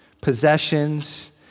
possessions